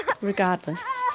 Regardless